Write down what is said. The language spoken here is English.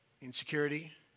Insecurity